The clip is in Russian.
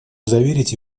заверить